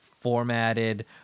formatted